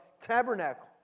tabernacle